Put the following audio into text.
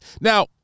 Now